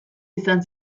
izan